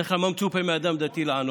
בדרך כלל מה מצופה מאדם דתי לענות?